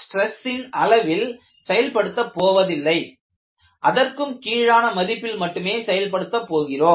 ஸ்ட்ரெஸ்சின் அளவில் செயல்படுத்த போவதில்லை அதற்கும் கீழான மதிப்பில் மட்டுமே செயல்படுத்தப் போகிறோம்